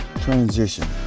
transition